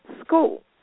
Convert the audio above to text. school